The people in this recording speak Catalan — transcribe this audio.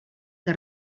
que